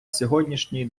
сьогоднішній